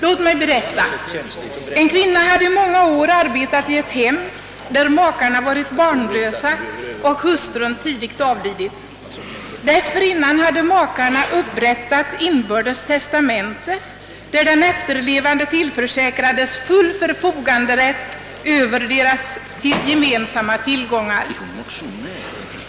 Låt mig berätta. En kvinna hade i många år arbetat i ett hem där makarna varit barnlösa och hustrun tidigt avlidit. Före hustruns bortgång hade makarna upprättat inbördes testamente, enligt vilket den efterlevande maken tillförsäkrades full förfoganderätt över deras gemensamma tillgångar.